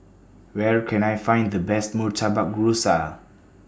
Where Can I Find The Best Murtabak Rusa